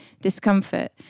discomfort